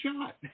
shot